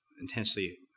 intensely